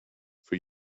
for